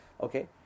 okay